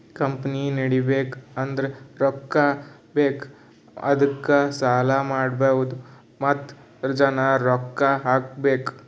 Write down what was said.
company ನಡಿಬೇಕ್ ಅಂದುರ್ ರೊಕ್ಕಾ ಬೇಕ್ ಅದ್ದುಕ ಸಾಲ ಮಾಡ್ಬಹುದ್ ಮತ್ತ ಜನ ರೊಕ್ಕಾ ಹಾಕಬೇಕ್